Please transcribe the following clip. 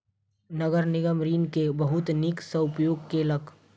नगर निगम ऋण के बहुत नीक सॅ उपयोग केलक